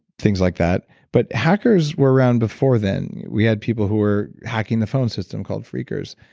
things like that, but hackers were around before then. we had people who were hacking the phone system called freakers,